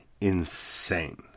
insane